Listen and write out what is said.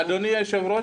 אדוני היושב-ראש,